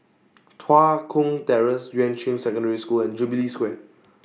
Tua Kong Terrace Yuan Ching Secondary School and Jubilee Square